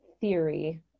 theory